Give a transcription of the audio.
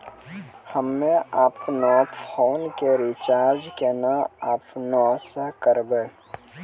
हम्मे आपनौ फोन के रीचार्ज केना आपनौ से करवै?